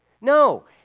No